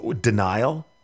denial